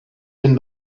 bin